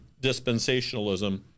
dispensationalism